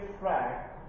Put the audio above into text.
flag